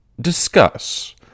discuss